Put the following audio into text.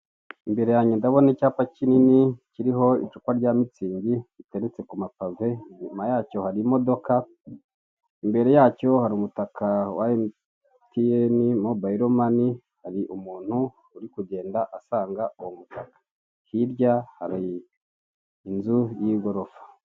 Imbere yange ndabona icyapa kinini kiriho icupa rya Mitsing giteretse ku mapave inyuma yacyo hari imodoka, imbere yacyo umutaka wa MTN Mobile Money hari umuntu urikugenda asanga uwo mupapa, hirya hari inzu y'igorofa